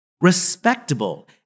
Respectable